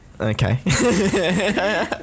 Okay